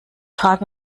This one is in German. frage